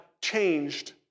changed